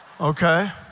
okay